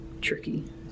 tricky